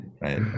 right